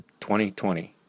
2020